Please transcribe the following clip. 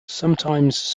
sometimes